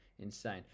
Insane